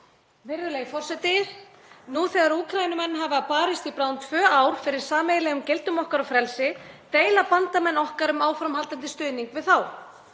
Virðulegi forseti. Nú þegar Úkraínumenn hafa barist í bráðum tvö ár fyrir sameiginlegum gildum okkar og frelsi, deila bandamenn okkar um áframhaldandi stuðning við þá.